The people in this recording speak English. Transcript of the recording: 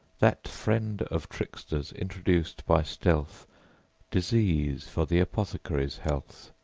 that friend of tricksters introduced by stealth disease for the apothecary's health,